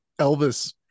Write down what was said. Elvis